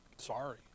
sorry